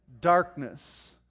Darkness